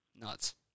Nuts